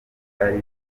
ari